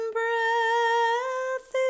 breath